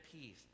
peace